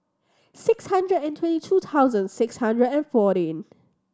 six hundred and twenty two thousand six hundred and fourteen